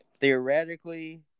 Theoretically